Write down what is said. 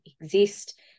exist